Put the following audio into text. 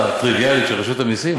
מה מקור השאילתה, אתה מוכן להסביר לי?